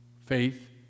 faith